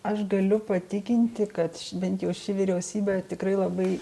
aš galiu patikinti kad bent jau ši vyriausybė tikrai labai